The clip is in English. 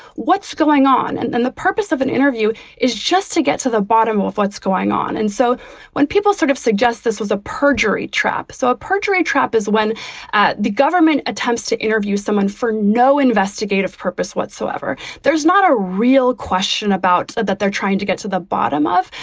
what's going on? and the purpose of an interview is just to get to the bottom of what's going on. and so when people sort of suggest this was a perjury trap. so a perjury trap is when the government attempts to interview someone for no investigative purpose whatsoever. there's not a real question about that that they're trying to get to the bottom of.